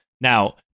Now